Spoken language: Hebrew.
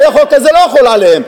הרי החוק הזה לא יחול עליהם.